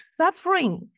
suffering